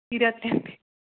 ഇരുപതെട്ട്